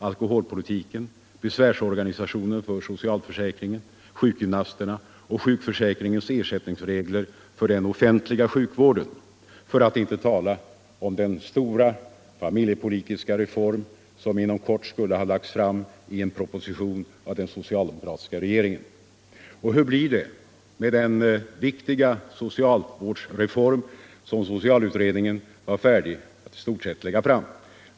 alkoholpolitiken, besvärsorganisationen för socialförsäkringen, sjukgymnasterna och sjukförsäkringens ersättningsregler för den offentliga sjukvården — för att inte tala om den stora familjepolitiska reform som inom kort skulle ha lagts fram i en proposition av den socialdemokratiska regeringen. : Och hur blir det med den viktiga socialvårdsreform som socialutredningen i stort sett var färdig att lägga fram?